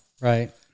Right